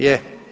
Je.